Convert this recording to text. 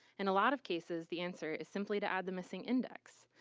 and a lot of cases, the answer is simply to add the missing index,